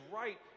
right